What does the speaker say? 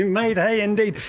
and made hay, indeed!